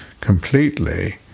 completely